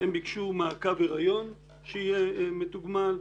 הם ביקשו מעקב הריון שיהיה מתוגמל.